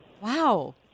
Wow